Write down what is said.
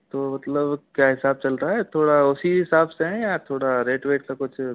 तो मतलब क्या हिसाब चलता है थोड़ा उसी हिसाब से है या थोड़ा रेट का कुछ